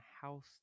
house